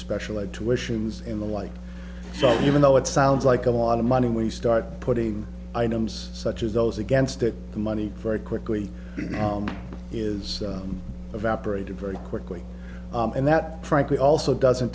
special ed tuitions in the like so even though it sounds like a lot of money when you start putting items such as those against it the money very quickly is evaporated very quickly and that frankly also doesn't